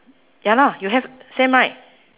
ya lah you have same right